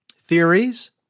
theories